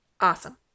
Awesome